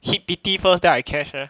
hit pity first then I cash eh